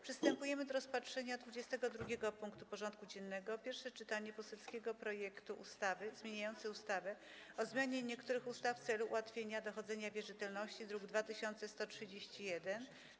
Przystępujemy do rozpatrzenia punktu 22. porządku dziennego: Pierwsze czytanie poselskiego projektu ustawy zmieniającej ustawę o zmianie niektórych ustaw w celu ułatwienia dochodzenia wierzytelności (druk nr 2131)